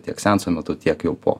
tiek seanso metu tiek jau po